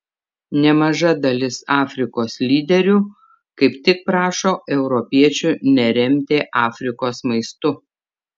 nemaža dalis afrikos lyderių kaip tik prašo europiečių neremti afrikos maistu